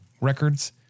records